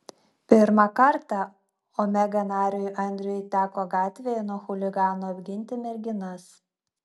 pirmą kartą omega nariui andriui teko gatvėje nuo chuliganų apginti merginas